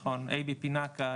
אייבי פינאקה,